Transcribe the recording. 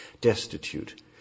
destitute